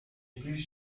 please